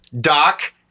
Doc